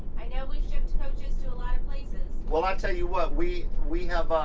i know we've shipped coaches to a lot of places. well i tell you what. we we have.